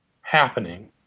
happening